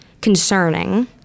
concerning